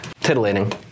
Titillating